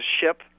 ship